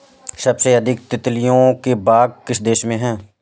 सबसे अधिक तितलियों के बाग किस देश में हैं?